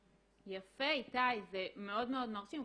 יפה, איתי, זה מאוד מאוד מרשים.